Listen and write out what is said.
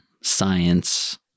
science